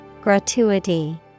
Gratuity